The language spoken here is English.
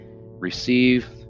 receive